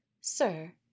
Sir